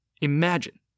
Imagine